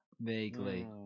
Vaguely